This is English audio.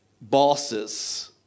bosses